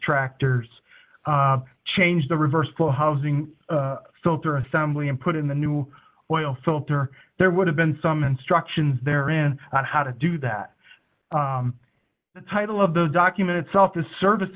tractors changed the reversed the housing filter assembly and put in the new oil filter there would have been some instructions there in on how to do that the title of the document itself is service